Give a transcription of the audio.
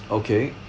okay